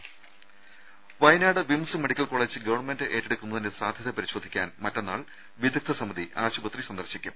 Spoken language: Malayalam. രുമ വയനാട് വിംസ് മെഡിക്കൽ കോളേജ് ഗവൺമെന്റ് ഏറ്റെടുക്കുന്നതിന്റെ സാധ്യത പരിശോധിക്കാൻ മറ്റന്നാൾ വിദഗ്ദ്ധ സമിതി ആശുപത്രി സന്ദർശിക്കും